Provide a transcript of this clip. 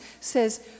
says